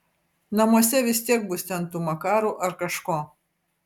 namuose vis tiek bus ten tų makarų ar kažko